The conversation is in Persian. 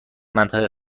منطقه